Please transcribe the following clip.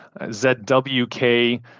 ZWK